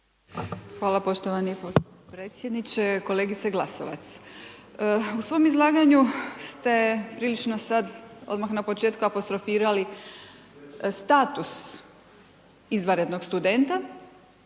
Hvala poštovani potpredsjedniče. Kolegice Glasovac. U svom izlaganju ste prilično sad, odmah na početku apostrofirali status izvanrednog studenta